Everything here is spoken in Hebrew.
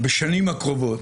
בשנים הקרובות,